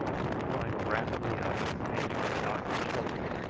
who climbed rapidly up, standing on the doctor's shoulders,